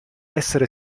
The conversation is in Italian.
essere